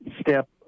step